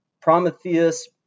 Prometheus